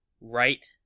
right